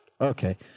Okay